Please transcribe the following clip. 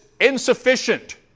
insufficient